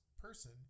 person